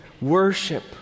worship